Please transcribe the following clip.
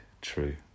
true